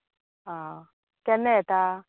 आं केन्ना येता